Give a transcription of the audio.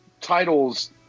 titles